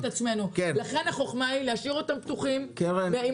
לכן החוכמה היא להשאיר אותם פתוחים ועם